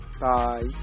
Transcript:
bye